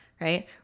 right